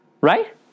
Right